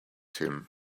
him